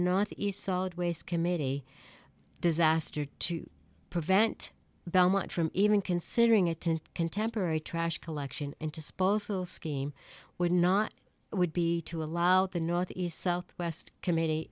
not east solid waste committee disaster to prevent bell much from even considering it in contemporary trash collection into spousal scheme would not would be to allow the north east south west committee